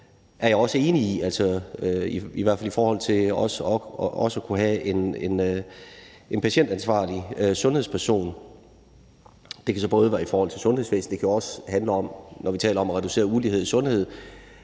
jeg er enig i. Jeg er i hvert fald enig i det om også at kunne have en patientansvarlig sundhedsperson. Det kan så både være i forhold til sundhedsvæsenet, men når det handler om at reducere ulighed i sundhed,